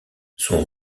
son